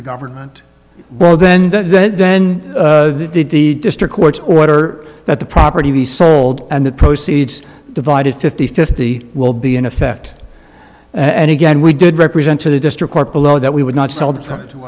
the government well then then then did the district court's order that the property be sold and the proceeds divided fifty fifty will be in effect and again we did represent to the district court below that we would not sell this coming to